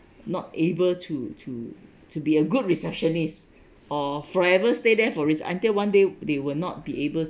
not able to to to be a good receptionist or forever stay there for is until one day they will not be able